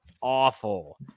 awful